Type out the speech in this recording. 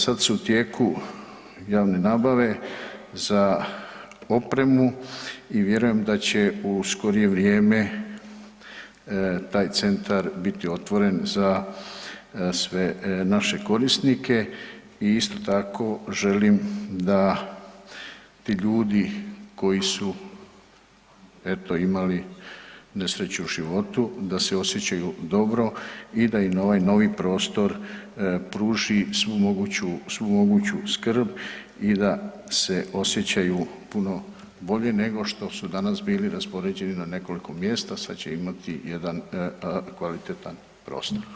Sad su u tijeku javne nabave za opremu i vjerujem da će u skorije vrijeme taj centar biti otvoren za sve naše korisnike i isto tako, želim da ti ljudi koji su evo imali nesreću u životu, da se osjećaju dobro i da im ovaj novi prostor pruži svu moguću skrb i da se osjećaju puno bolje nego što su danas bili raspoređeni na nekoliko mjesta sad će imati jedan kvalitetan prostor.